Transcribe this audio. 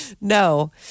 No